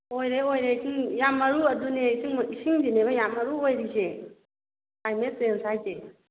ꯑꯣꯏꯔꯦ ꯑꯣꯏꯔꯦ ꯏꯁꯤꯡ ꯌꯥꯝ ꯃꯔꯨ ꯑꯗꯨꯅꯦ ꯏꯁꯤꯡ ꯏꯁꯤꯡꯁꯤꯅꯦꯕ ꯌꯥꯝꯅ ꯃꯔꯨ ꯑꯣꯏꯔꯤꯁꯦ ꯀ꯭ꯂꯥꯏꯃꯦꯠ ꯆꯦꯟꯖ ꯍꯥꯏꯁꯦ